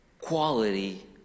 quality